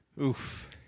Oof